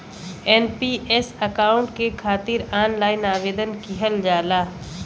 NPS account के खातिर online आवेदन किहल जाला